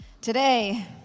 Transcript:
Today